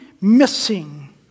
missing